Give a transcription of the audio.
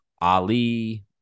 Ali